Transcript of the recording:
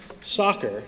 soccer